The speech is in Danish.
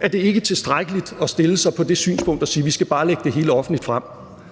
er det ikke tilstrækkeligt at stille sig på det synspunkt at sige, at vi bare skal lægge det hele offentligt frem.